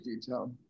detail